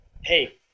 Hey